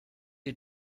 you